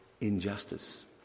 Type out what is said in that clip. injustice